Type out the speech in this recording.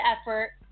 effort